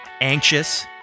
Anxious